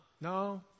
No